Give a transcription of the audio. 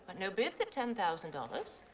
no bids at ten thousand dollars?